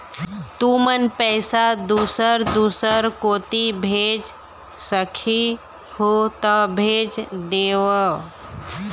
तुमन पैसा दूसर दूसर कोती भेज सखीहो ता भेज देवव?